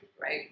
right